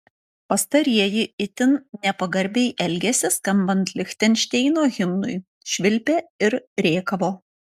pastarieji itin nepagarbiai elgėsi skambant lichtenšteino himnui švilpė ir rėkavo